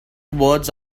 words